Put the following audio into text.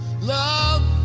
Love